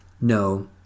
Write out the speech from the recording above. No